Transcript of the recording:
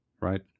right